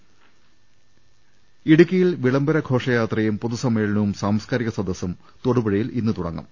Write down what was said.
രുട്ടിട്ടിട്ടിട ഇടുക്കിയിൽ വിളംബര ഘോഷയാത്രയും പൊതുസമ്മേളനവും സാംസ്കാരിക സദസ്സും തൊടുപുഴയിൽ ഇന്ന് തുടങ്ങും